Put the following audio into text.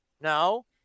No